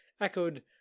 echoed